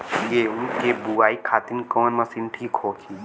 गेहूँ के बुआई खातिन कवन मशीन ठीक होखि?